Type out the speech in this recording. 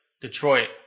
Detroit